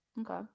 Okay